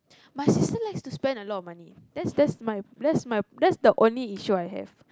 my sister likes to spend a lot of money that's that's my that's my that's the only issue I have